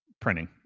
printing